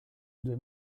due